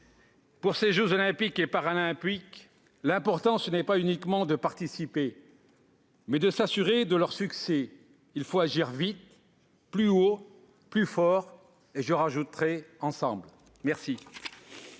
de ces jeux Olympiques et Paralympiques, l'important n'est pas uniquement de participer, mais de s'assurer de leur succès. Il faut agir « plus vite, plus haut, plus fort »- et j'ajouterai : ensemble !